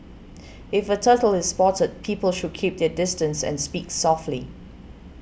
if a turtle is spotted people should keep their distance and speak softly